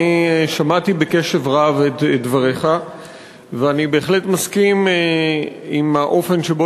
אני שמעתי בקשב רב את דבריך ואני בהחלט מסכים עם האופן שבו